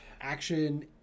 action